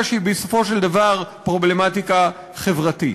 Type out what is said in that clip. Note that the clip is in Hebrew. שהיא בסופו של דבר פרובלמטיקה חברתית.